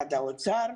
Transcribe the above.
ממשרד האוצר,